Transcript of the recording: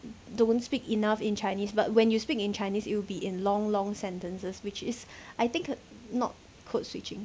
don't speak enough in chinese but when you speak in chinese it will be in long long sentences which is I think not code switching